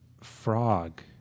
frog